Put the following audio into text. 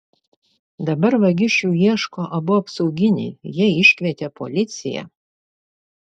dabar vagišių ieško abu apsauginiai jie iškvietė policiją